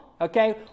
Okay